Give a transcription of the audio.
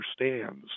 understands